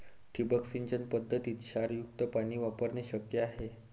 ठिबक सिंचन पद्धतीत क्षारयुक्त पाणी वापरणे शक्य आहे